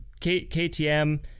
KTM